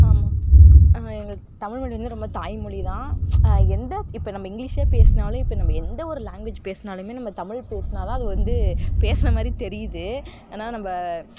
ஆமாம் நம்ம எங்கள் தமிழ்மொழி வந்து நம்ம தாய்மொழிதான் எந்த இப்போ நம்ம இங்கிலீஷே பேசினாலும் இப்போ நம்ம எந்தவொரு லாங்வேஜ் பேசினாலுமே நம்ம தமிழ் பேசினா தான் அது வந்து பேசின மாதிரி தெரியுது ஆனால் நம்ம